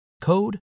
code